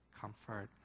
comfort